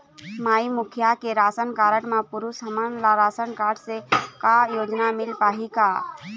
माई मुखिया के ration card म पुरुष हमन ला रासनकारड से का योजना मिल पाही का?